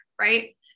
right